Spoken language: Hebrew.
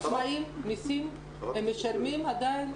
עצמאיים - מסים הם משלמים עדיין.